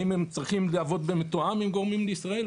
האם הם צריכים לעבוד במתואם עם גורמים בישראל?